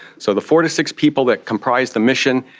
so the four to six people that comprise the mission,